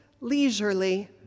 leisurely